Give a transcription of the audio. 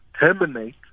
Terminate